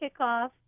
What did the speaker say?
kickoff